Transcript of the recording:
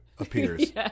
Appears